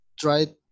try